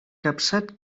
capçat